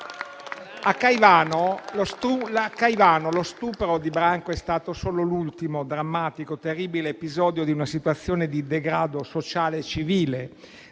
A Caivano lo stupro di branco è stato solo l'ultimo drammatico e terribile episodio di una situazione di degrado sociale e civile,